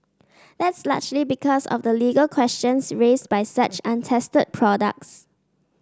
that's largely because of the legal questions raised by such untested products